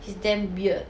is damn weird